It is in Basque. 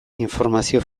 informazio